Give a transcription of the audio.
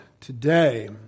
today